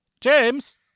James